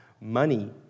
money